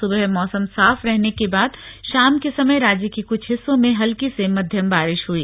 सुबह मौसम साफ रहने के बाद शाम के समय राज्य के कुछ हिस्सों में हल्की से मध्यम बारिश हुई